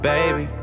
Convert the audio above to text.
Baby